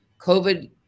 COVID